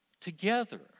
together